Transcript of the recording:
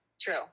True